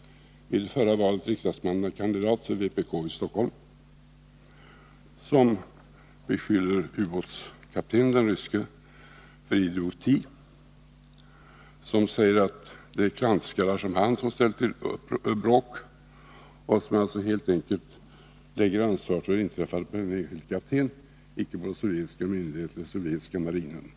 — vid förra valet riksdagsmannakandidat för vpk i Stockholm — som beskyller den ryske ubåtskapten för idioti, som säger att det är klantskallar som han som ställer till bråk och som alltså helt enkelt lägger ansvaret för det inträffade på en enskild kapten, icke på de sovjetiska myndigheterna eller den sovjetiska marinen.